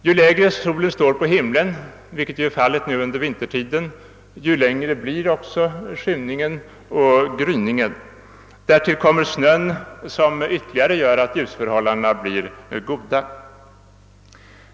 Ju lägre solen står på himlen, såsom fallet är nu under vintertiden, desto längre blir också skymningen och gryningen. Därtill kommer snön, som ytterligare förbättrar ljusförhållandena.